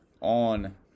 on